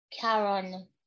Karen